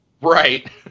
Right